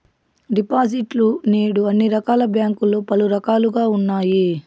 డిపాజిట్లు నేడు అన్ని రకాల బ్యాంకుల్లో పలు రకాలుగా ఉన్నాయి